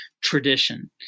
tradition